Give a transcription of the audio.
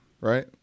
right